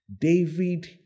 David